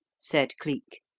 said cleek.